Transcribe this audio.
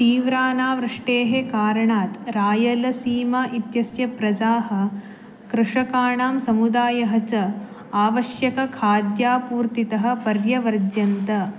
तीव्रानावृष्टेः कारणात् रायलसीमा इत्यस्य प्रजाः कृषकाणां समुदायः च आवश्यकखाद्यापूर्तितः पर्यवर्ज्यन्त